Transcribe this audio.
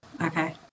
Okay